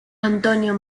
antonio